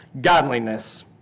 godliness